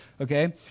Okay